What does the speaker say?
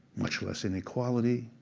much less inequality,